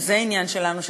וגם זה עניין שלנו,